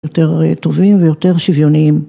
יותר טובים ויותר שוויוניים.